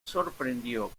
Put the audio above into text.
sorprendió